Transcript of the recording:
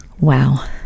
Wow